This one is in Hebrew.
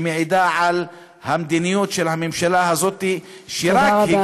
שמעידה על המדיניות של הממשלה הזאת, תודה רבה.